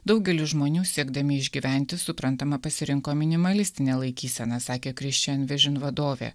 daugelis žmonių siekdami išgyventi suprantama pasirinko minimalistine laikysena sakė vadovė